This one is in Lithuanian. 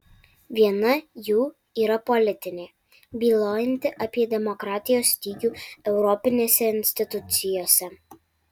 viena jų yra politinė bylojanti apie demokratijos stygių europinėse institucijose